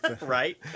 Right